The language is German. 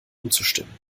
umzustimmen